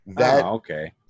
okay